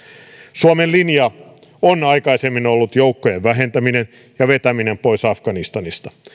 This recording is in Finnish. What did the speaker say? suomen linja on aikaisemmin ollut joukkojen vähentäminen ja vetäminen pois afganistanista